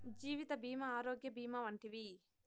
జీవిత భీమా ఆరోగ్య భీమా వంటివి